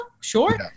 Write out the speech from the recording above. Sure